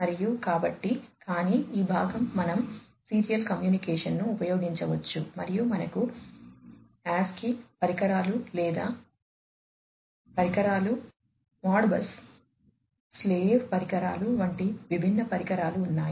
మరియు కాబట్టి కానీ ఈ భాగం మనం సీరియల్ కమ్యూనికేషన్ను ఉపయోగించవచ్చు మరియు మనకు ASC II పరికరాలు లేదా పరికరాలు మోడ్బస్ స్లేవ్ పరికరాలు వంటి విభిన్న పరికరాలు ఉన్నాయి